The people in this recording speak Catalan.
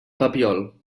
papiol